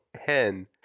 Hen